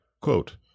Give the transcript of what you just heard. Quote